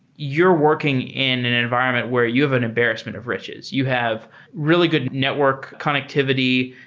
you're working in an environment where you have an embarrassment of riches. you have really good network connectivity,